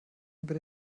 über